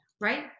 right